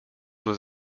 was